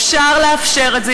אפשר לאפשר את זה,